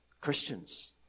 Christians